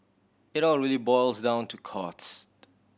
it all really boils down to cost